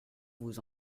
vous